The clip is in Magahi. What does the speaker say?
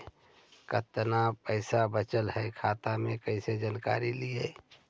कतना पैसा बचल है खाता मे कैसे जानकारी ली?